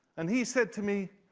and he said to me,